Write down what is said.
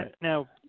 Now